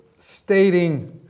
stating